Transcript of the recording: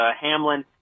Hamlin